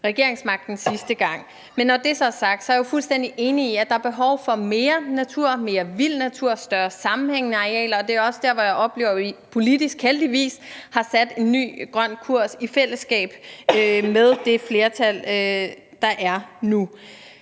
regeringsmagten sidste gang. Men når det så er sagt, er jeg jo fuldstændig enig i, at der er behov for mere natur og mere vild natur og større sammenhængende arealer, og det er også der, hvor jeg oplever, at vi politisk – heldigvis – har sat en ny grøn kurs i fællesskab med det flertal, der er nu.